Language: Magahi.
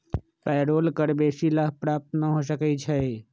पेरोल कर बेशी लाभ प्राप्त न हो सकै छइ